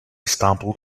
stumbled